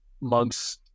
monks